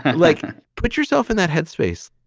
like put yourself in that headspace.